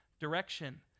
direction